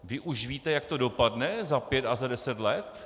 Vy už víte, jak to dopadne za pět a za deset let?